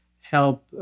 help